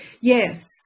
Yes